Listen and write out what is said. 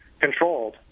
controlled